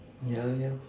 yeah yeah